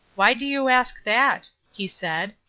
why do you ask that? he said.